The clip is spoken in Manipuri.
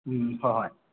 ꯎꯝ ꯍꯣꯏ ꯍꯣꯏ